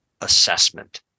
assessment